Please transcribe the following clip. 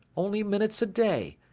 only minutes a day,